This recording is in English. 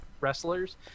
Wrestlers